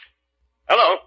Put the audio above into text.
Hello